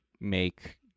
make